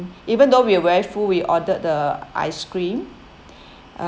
even though we very full we ordered the ice cream